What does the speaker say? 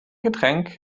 getränk